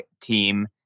team